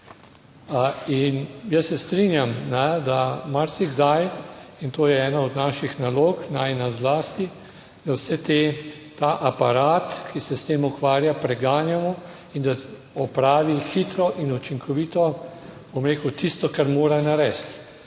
In jaz se strinjam, da marsikdaj in to je ena od naših nalog, najina zlasti, da vse te, ta aparat, ki se s tem ukvarja, preganjamo in da opravi hitro in učinkovito, bom rekel tisto, kar mora narediti.